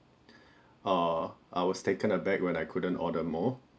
uh I was taken aback when I couldn't order more